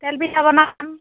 তেল পিঠা বনাম